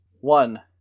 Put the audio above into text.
One